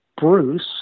Bruce